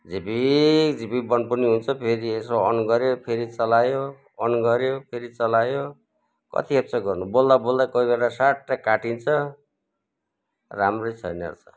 झिपिक झिपिक बन्द पनि हुन्छ फेरि यसो अन गऱ्यो फेरि चलायो अन गऱ्यो फेरि चलायो कति खेप चाहिँ गर्नु बोल्दा बोल्दै कोही बेला स्वाटै काटिन्छ राम्रै छैन रहेछ